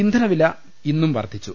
ഇന്ധനവില ഇന്നും വർധിച്ചു